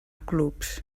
clubs